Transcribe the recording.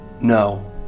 No